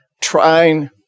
trying